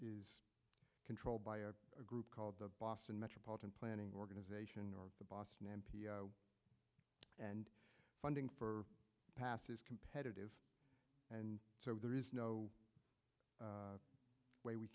controlled by a group called the boston metropolitan planning organization or the boston m p s and funding for passes competitive and so there is no way we